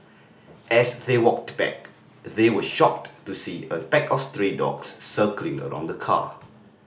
as they walked back they were shocked to see a pack of stray dogs circling around the car